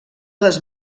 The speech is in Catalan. les